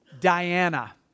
Diana